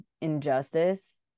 injustice